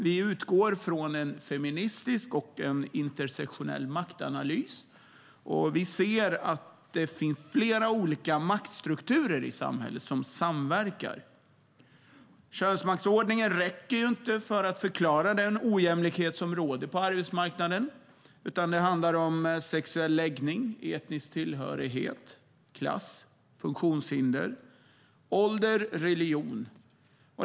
Vi utgår från en feministisk och intersektionell maktanalys. Vi ser att det finns flera olika maktstrukturer i samhället som samverkar. Könsmaktsordningen räcker inte för att förklara den ojämlikhet som råder på arbetsmarknaden, utan det handlar även om sexuell läggning, etnisk tillhörighet, klass, funktionshinder, ålder och religion.